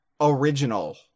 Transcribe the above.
original